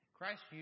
Christ